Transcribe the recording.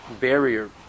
barrier